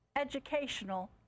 educational